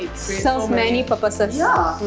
it serves many purposes yeah,